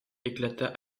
éclata